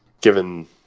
given